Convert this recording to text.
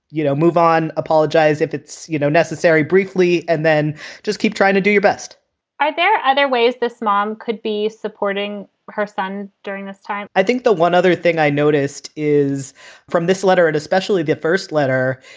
you know, move on. apologize if it's you know necessary briefly and then just keep trying to do your best are there other ways this mom could be supporting her son during this time? i think the one other thing i noticed is from this letter, and especially the first letter,